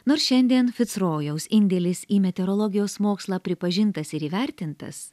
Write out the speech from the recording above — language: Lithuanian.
nors šiandien ficrojaus indėlis į meteorologijos mokslą pripažintas ir įvertintas